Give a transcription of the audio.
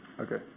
Okay